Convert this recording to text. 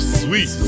sweet